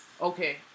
okay